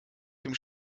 dem